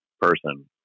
person